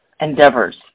endeavors